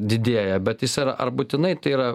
didėja bet jis yra ar būtinai tai yra